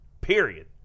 period